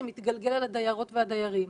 זה מתגלגל לדיירות ולדיירים.